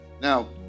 Now